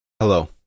Hello